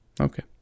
Okay